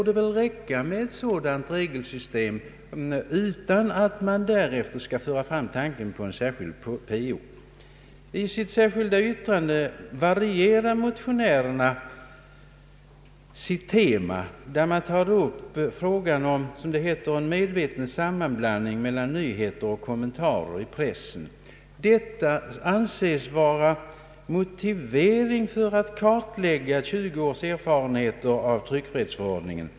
Detta regelsystem borde räcka; man skall därutöver inte behöva föra fram tanken på en särskild PO: I sitt särskilda yttrande varierar motionärerna sitt tema. De tar där upp frågan om, som det heter, en medveten sammanblandning mellan nyheter och kommentarer i pressen. Detta anses motivera att kartlägga 20 års erfarenheter av tryckfrihetsförordningen.